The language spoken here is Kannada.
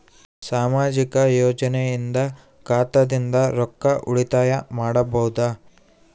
ಸಾಮಾಜಿಕ ಯೋಜನೆಯಿಂದ ಖಾತಾದಿಂದ ರೊಕ್ಕ ಉಳಿತಾಯ ಮಾಡಬಹುದ?